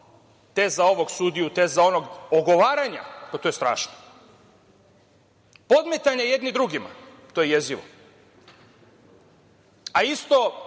te za ovog sudiju, te za onog. Ogovaranja, to je strašno. Podmetanja jedni drugima, to je jezivo, a isto